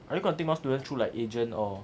are you gonna take more students through like agent or